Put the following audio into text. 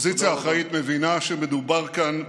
(חברת הכנסת תמר זנדברג יוצאת מאולם